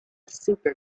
super